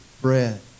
bread